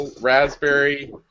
raspberry